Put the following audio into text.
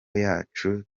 yacu